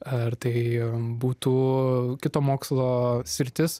ar tai būtų kito mokslo sritis